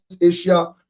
Asia